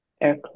air